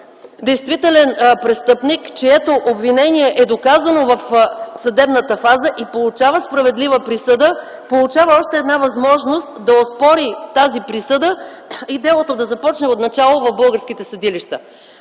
действителен престъпник, чието обвинение е доказано в съдебната фаза и получава справедлива присъда, получава още една възможност да оспори тази присъда и делото да започне отначало в българските съдилища.